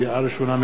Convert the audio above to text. לקריאה ראשונה,